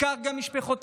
וכך גם משפחותיהם,